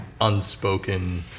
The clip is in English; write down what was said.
unspoken